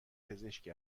پزشک